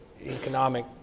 economic